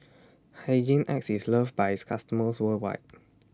Hygin X IS loved By its customers worldwide